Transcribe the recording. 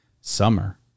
Summer